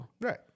Right